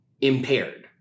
impaired